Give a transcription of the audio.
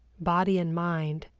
body and mind,